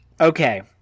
Okay